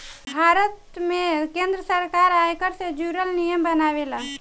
भारत में केंद्र सरकार आयकर से जुरल नियम बनावेला